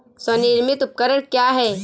स्वनिर्मित उपकरण क्या है?